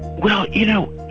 well you know,